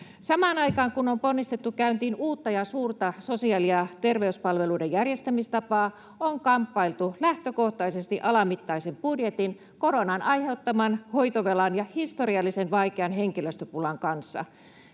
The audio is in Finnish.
Samaan aikaan, kun on ponnistettu käyntiin uutta ja suurta sosiaali- ja terveyspalveluiden järjestämistapaa, on kamppailtu lähtökohtaisesti alamittaisen budjetin, koronan aiheuttaman hoitovelan ja historiallisen vaikean henkilöstöpulan kanssa.